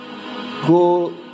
go